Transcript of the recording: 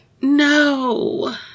No